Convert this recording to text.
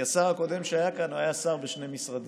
כי השר הקודם שהיה כאן היה שר בשני משרדים.